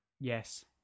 Yes